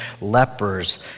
lepers